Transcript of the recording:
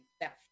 theft